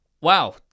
Wow